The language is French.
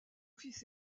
fils